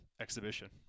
exhibition